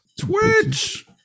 Twitch